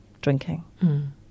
drinking